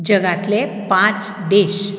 जगांतले पांच देश